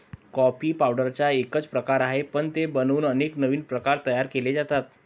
coffee पावडरचा एकच प्रकार आहे, पण ते बनवून अनेक नवीन प्रकार तयार केले जातात